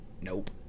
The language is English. Nope